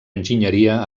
enginyeria